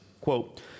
Quote